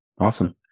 Awesome